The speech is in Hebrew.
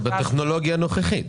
בטכנולוגיה הנוכחית.